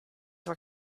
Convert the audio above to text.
were